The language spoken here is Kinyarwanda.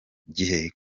gihe